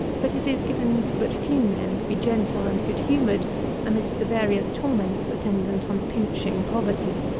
but it is given to but few men to be gentle and good-humoured amidst the various torments attendant on pinching poverty.